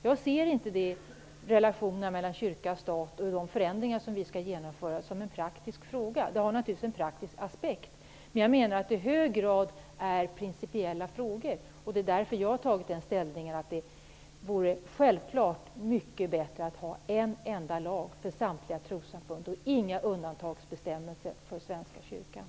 Jag ser inte relationerna mellan kyrkan och staten och de förändringar som vi skall genomföra som en praktisk fråga. Detta har naturligtvis en praktisk aspekt, men jag menar att det i hög grad handlar om principiella frågor. Det är därför som jag har gjort det ställningstagandet att jag tycker att det självklart vore mycket bättre att ha en enda lag för samtliga trossamfund och inga undantagsbestämmelser för Svenska kyrkan.